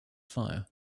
fire